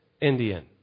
Indian